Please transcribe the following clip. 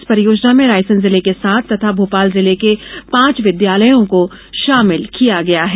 इस परियोजना में रायसेन जिले के सात तथा भोपाल जिले के पांच विद्यालयों को शामिल किया गया है